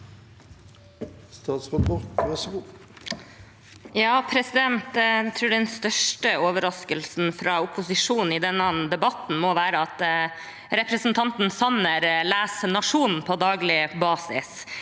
Jeg tror den stør- ste overraskelsen fra opposisjonen i denne debatten må være at representanten Sanner leser Nationen på daglig basis.